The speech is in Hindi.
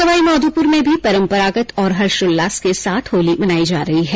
सवाई माधोपुर में भी परम्परागत और हर्षोल्लास के साथ होली मनाई जा रही है